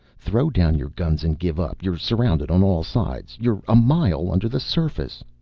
throw down your guns and give up. you're surrounded on all sides. you're a mile, under the surface.